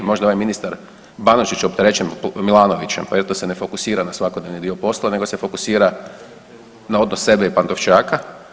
Možda je ovaj ministar Banožić opterećen Milanovićem, pa … se ne fokusira na svakodnevni dio posla, nego se fokusira na odnos sebe i Pantovčaka.